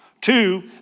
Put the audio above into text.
Two